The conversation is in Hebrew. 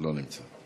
לא נמצא.